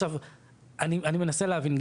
עכשיו אני מנסה להבין,